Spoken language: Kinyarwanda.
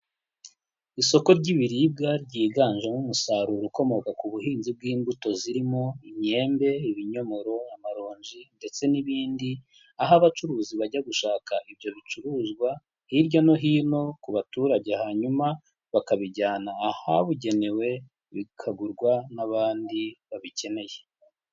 Isoko ry'ibiribwa ryiganjemo umusaruro ukomoka ku buhinzi bw'imbuto zirimo imyembe, ibinyomoro, amaronji, ndetse n'ibindi, aho abacuruzi bajya gushaka ibyo bicuruzwa hirya no hino ku baturage, hanyuma bakabijyana ahabugenewe bikagurwa n'abandi babikeneye.